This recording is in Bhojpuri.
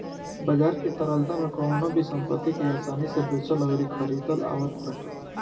बाजार की तरलता में कवनो भी संपत्ति के आसानी से बेचल अउरी खरीदल आवत बाटे